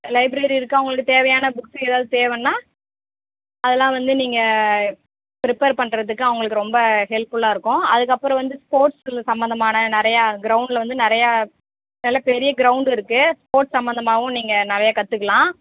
library இருக்குது அவங்களுக்கு தேவையான புக்ஸ்ஸு ஏதாவது தேவைன்னா அதெல்லாம் வந்து நீங்கள் ப்ரிப்பேர் பண்ணுறதுக்கு அவங்களுக்கு ரொம்ப ஹெல்ப்ஃபுல்லாக இருக்கும் அதுக்கு அப்புறம் வந்து ஸ்போர்ட்ஸு சம்பந்தமான நிறையா க்ரௌண்டில் வந்து நிறையா நல்ல பெரிய க்ரௌண்ட் இருக்குது ஸ்போர்ட்ஸ் சம்பந்தமாவும் நீங்கள் நிறையா கற்றுக்கலாம்